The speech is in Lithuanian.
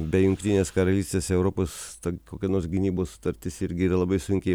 be jungtinės karalystės europos kokia nors gynybos sutartis irgi yra labai sunkiai